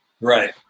Right